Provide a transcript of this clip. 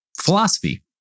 philosophy